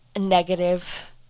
Negative